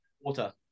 Water